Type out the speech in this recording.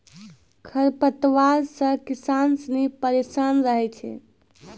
खरपतवार से किसान सनी परेशान रहै छै